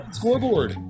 scoreboard